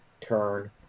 turn